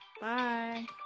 Bye